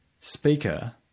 speaker